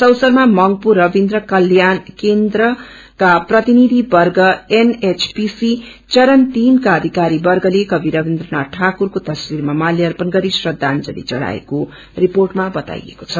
यस अवसरमा मंगपू रवीन्द्र कल्याण केन्द्रका प्रतिनिधिवर्ग एनएचपीसी चरण तीनका अधिकारीकर्गले कवि रवीन्द्र नाथ ठाकुरको तस्वीरमा माल्यार्पण गरि श्रदाजंली चढाएको रिर्पोअमा बताईएको छ